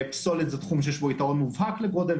פסולת זה תחום שיש בו יתרון מובהק לגודל,